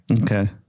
Okay